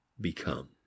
become